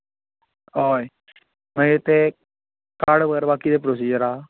हय मागीर तें कार्ड करपाक कितें प्रोसिजर आहा